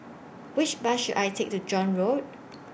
Which Bus should I Take to John Road